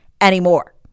anymore